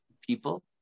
people